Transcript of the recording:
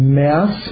mass